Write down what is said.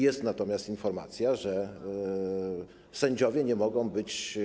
Jest natomiast informacja, że sędziowie nie mogą być.